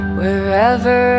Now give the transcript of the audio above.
wherever